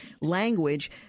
language